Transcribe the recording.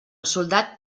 soldat